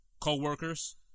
co-workers